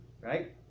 right